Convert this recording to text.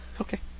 Okay